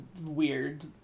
weird